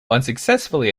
unsuccessfully